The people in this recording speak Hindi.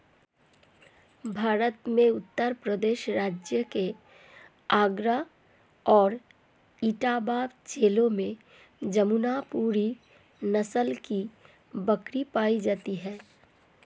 भारत में उत्तर प्रदेश राज्य के आगरा और इटावा जिले में जमुनापुरी नस्ल की बकरी पाई जाती है